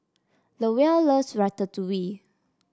Lowell loves Ratatouille